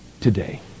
today